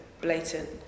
blatant